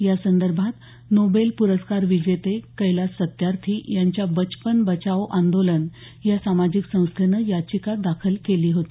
यासंदर्भात नोबेल प्रस्कार विजेते कैलास सत्यार्थी यांच्या बचपन बचाओ आंदोलन या सामाजिक संस्थेनं याचिका दाखल केली होती